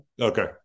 Okay